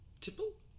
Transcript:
Tipple